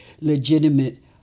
legitimate